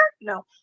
No